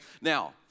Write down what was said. Now